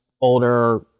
older